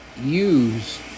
use